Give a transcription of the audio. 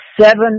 seven